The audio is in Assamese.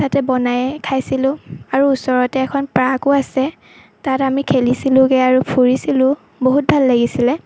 তাতে বনাই খাইছিলোঁ আৰু ওচৰতে এখন পাৰ্কো আছে তাত আমি খেলিছিলোঁগে আৰু ফুৰিছিলোঁ বহুত ভাল লাগিছিলে